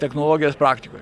technologijas praktikoj